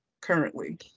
currently